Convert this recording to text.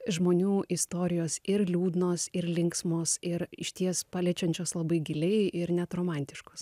žmonių istorijos ir liūdnos ir linksmos ir išties paliečiančios labai giliai ir net romantiškos